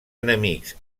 enemics